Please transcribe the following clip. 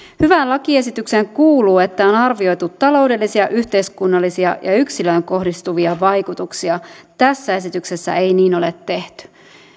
hyvään lakiesitykseen kuuluu että on arvioitu taloudellisia yhteiskunnallisia ja yksikköön kohdistuvia vaikutuksia tässä esityksessä ei niin ole tehty